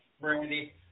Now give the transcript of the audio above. Brandy